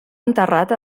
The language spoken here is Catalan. enterrat